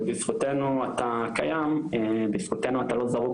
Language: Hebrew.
ובזכותנו אתה קיים בזכותנו אתה לא זרוק באיזה כפר.